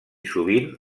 sovint